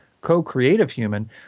co-creative-human